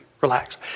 Relax